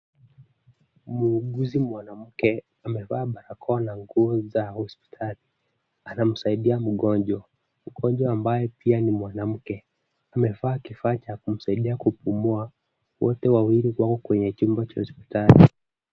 Muuguzi mwanamke amevaa barakoa na nguo za hospitali ,anamsaidia mgonjwa, mgonjwa ambaye pia ni mwanamke amevaa kifaa cha kumsaidia kupumua, wote wawili wako kwenye chumba cha hospitali.